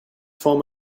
form